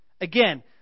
Again